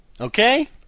Okay